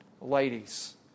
Ladies